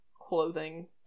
clothing